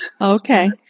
okay